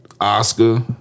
Oscar